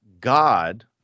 God